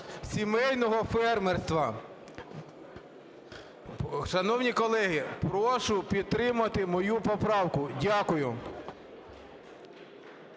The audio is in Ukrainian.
сімейного фермерства? Шановні колеги, прошу підтримати мою поправку. Дякую.